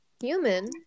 Human